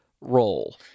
role